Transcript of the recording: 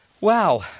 Wow